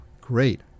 Great